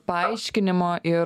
paaiškinimo ir